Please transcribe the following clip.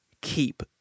keep